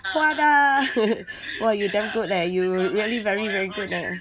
huat ah !wah! you damn good leh you really very very good eh